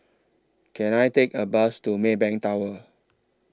Can I Take A Bus to Maybank Tower